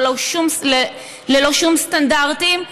ללא שום סטנדרטים,